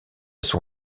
son